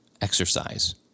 exercise